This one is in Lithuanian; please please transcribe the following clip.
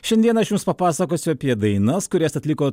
šiandieną aš jums papasakosiu apie dainas kurias atliko